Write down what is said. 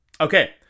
okay